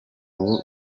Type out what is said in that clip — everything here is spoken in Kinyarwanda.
ubu